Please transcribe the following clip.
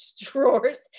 drawers